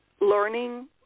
learning